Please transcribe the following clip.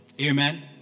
Amen